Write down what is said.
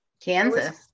Kansas